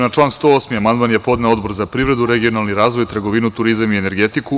Na član 108. amandman je podneo Odbor za privredu, regionalni razvoj, trgovinu, turizam i energetiku.